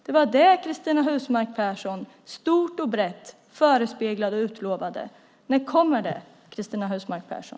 Det var det Cristina Husmark Pehrsson stort och brett förespeglade och utlovade. När kommer det, Cristina Husmark Pehrsson?